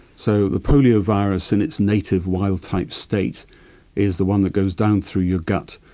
so the polio virus in its native wild type state is the one that goes down through your gut,